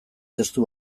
testu